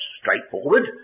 straightforward